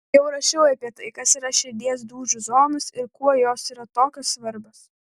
jau rašiau apie tai kas yra širdies dūžių zonos ir kuo jos yra tokios svarbios